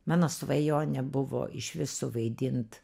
mano svajonė buvo išvis suvaidint